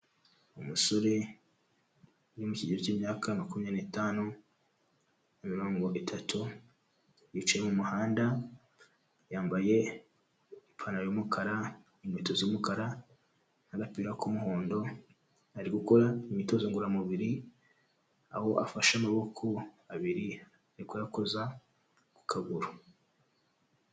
Umusore uri mu kigero cy'imyaka makumya n'itanu, mirongo itatu, yicaye mu muhanda yambaye ipantaro y'umukara inkweto z'umukara n'agapira k'umuhondo, ari gukora imyitozo ngororamubiri aho afashe amaboko abiri ari kuyakoza ku kaguru.